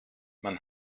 man